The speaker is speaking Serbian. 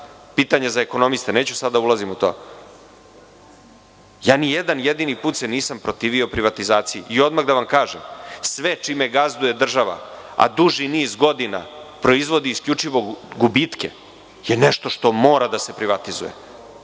pitanje za ekonomiste, neću sada da ulazim u to. Nijedan jedini put se nisam protivio privatizaciji. Odmah da vam kažem, sve čime gazduje država, a duži niz godina proizvodi isključivo gubitke, je nešto što mora da se privatizuje,